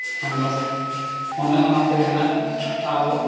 ᱟᱫᱚ ᱚᱱᱮ ᱚᱱᱟ ᱛᱮᱜᱮ ᱱᱟᱜ ᱟᱵᱚ